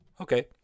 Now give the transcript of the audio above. okay